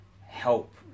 help